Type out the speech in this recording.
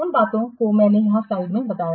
उन बातों को मैंने यहाँ स्लाइड्स में बताया है